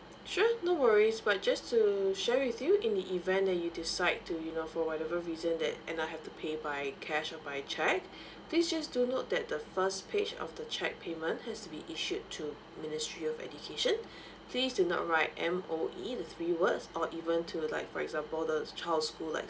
sure no worries but just to share with you in the event that you decide to you know for whatever reason that end up have to pay by cash or by cheque please just do note that the first page of the cheque payment has be issued to ministry of education please do not write M_O_E the three words or even to like for example the child's school like